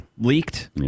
leaked